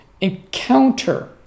encounter